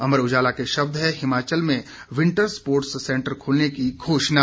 अमर उजाला के शब्द हैं हिमाचल में विंटर स्पोर्टस सेंटर खोलने की घोषणा